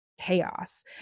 chaos